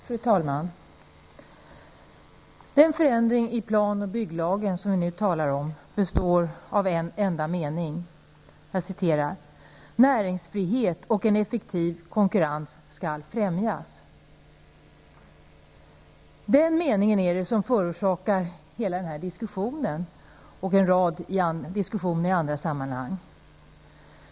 Fru talman! Den förändring av plan och bygglagen som vi nu talar om består av en enda mening: ''Näringsfrihet och en effektiv konkurrens skall främjas.'' Den meningen är det som förorsakar hela den här diskussionen och en rad diskussioner i andra sammanhang.